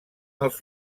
els